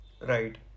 Right